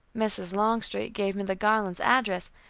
mrs. longstreet gave me the garlands' address,